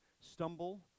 stumble